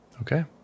Okay